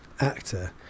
actor